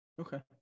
Okay